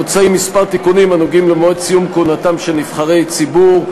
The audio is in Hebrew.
מוצעים כמה תיקונים הנוגעים למועד סיום כהונתם של נבחרי ציבור: